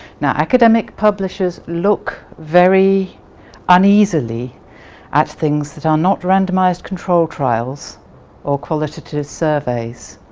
now academic publishers look very uneasily at things that are not randomized control trials or qualitative surveys.